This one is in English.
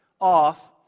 off